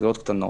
מסגרות קטנות.